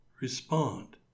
respond